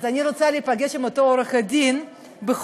אז אני רוצה להיפגש עם אותו עורך-דין בחורף,